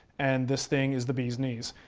and this thing is the bee's knees.